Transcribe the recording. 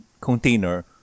container